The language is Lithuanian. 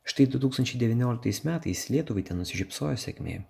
štai du tūkstančiai devynioliktais metais lietuvai nusišypsojo sėkmė